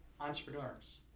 entrepreneurs